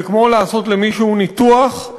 זה כמו לעשות למישהו ניתוח,